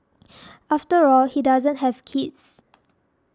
after all he doesn't have kids